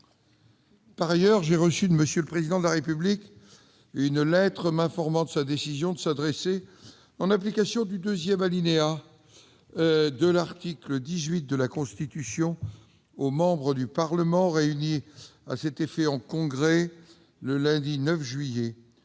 communication. J'ai reçu de M. le Président de la République une lettre m'informant de sa décision de s'adresser, en application du deuxième alinéa de l'article 18 de la Constitution, aux membres du Parlement réunis à cet effet en Congrès le lundi 9 juillet